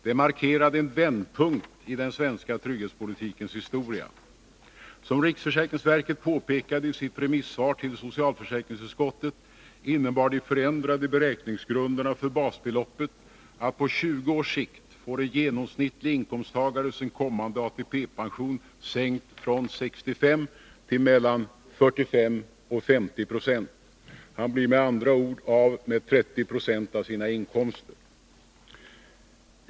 Det markerade en vändpunkt i den svenska trygghetspolitikens historia. Som riksförsäkringsverket påpekade i sitt remissvar till socialförsäkringsutskottet, innebär de förändrade beräkningsgrunderna för basbeloppet att på 20 års sikt får en genomsnittlig inkomsttagare sin kommande ATP-pension sänkt från 65 till mellan 45 och 50 26. Han blir med andra ord av med 30 96 av sina inkomster.